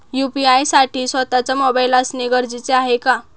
UPI साठी स्वत:चा mobile असणे गरजेचे आहे का?